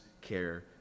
care